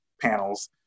panels